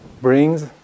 brings